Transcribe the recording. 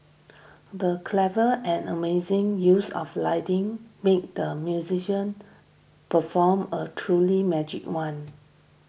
the clever and amazing use of lighting made the musician perform a truly magic one